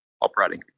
operating